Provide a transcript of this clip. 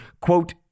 quote